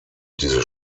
dieses